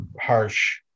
harsh